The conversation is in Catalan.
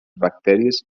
bacteris